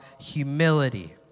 humility